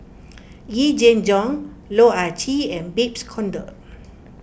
Yee Jenn Jong Loh Ah Chee and Babes Conde